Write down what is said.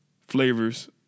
flavors